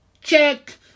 check